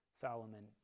Solomon